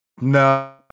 no